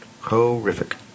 Horrific